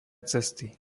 cesty